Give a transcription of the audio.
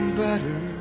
better